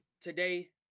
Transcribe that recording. today